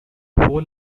whole